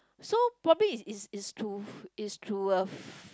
so probably is is is to is through a f~